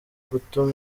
gutuma